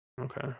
okay